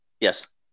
Yes